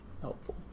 helpful